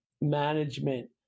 management